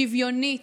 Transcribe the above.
שוויונית,